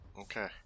Okay